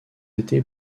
été